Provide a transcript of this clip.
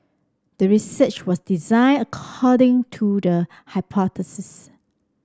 the research was designed according to the hypothesis